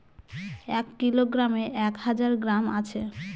এক কিলোগ্রামে এক হাজার গ্রাম আছে